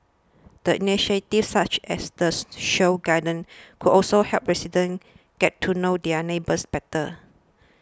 the initiatives such as the show gardens could also help residents get to know their neighbours better